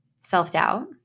self-doubt